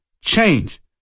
change